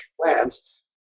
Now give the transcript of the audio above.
plans